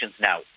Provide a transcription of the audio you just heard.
now